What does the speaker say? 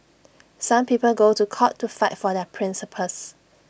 some people go to court to fight for their principles